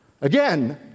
Again